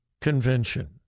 convention